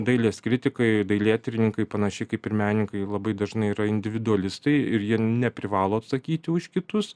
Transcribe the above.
dailės kritikai dailėtyrininkai panašiai kaip ir menininkai labai dažnai yra individualistai ir jie neprivalo atsakyti už kitus